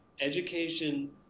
education